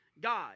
God